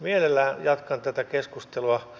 mielelläni jatkan tätä keskustelua